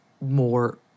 more